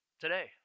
today